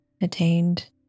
attained